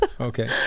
Okay